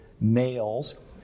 males